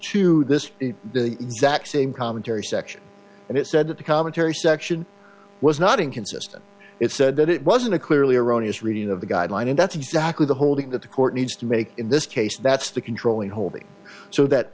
to this the exact same commentary section and it said that the commentary section was not inconsistent it said that it wasn't a clearly erroneous reading of the guideline and that's exactly the holding that the court needs to make in this case that's the controlling holding so that